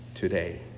today